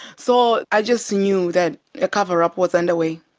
so i just knew that a cover-up was underway.